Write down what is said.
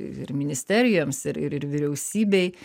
ir ministerijoms ir ir ir vyriausybei